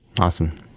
Awesome